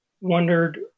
wondered